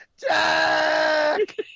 Jack